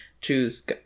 choose